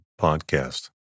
Podcast